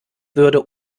würde